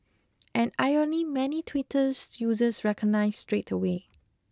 an irony many Twitter's users recognised straight away